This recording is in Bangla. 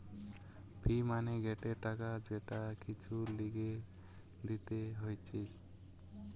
ফি মানে গটে টাকা যেটা কিছুর লিগে দিতে হতিছে